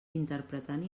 interpretant